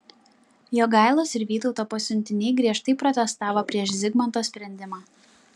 jogailos ir vytauto pasiuntiniai griežtai protestavo prieš zigmanto sprendimą